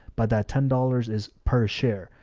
but that ten dollars is per share.